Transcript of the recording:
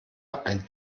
ein